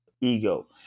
ego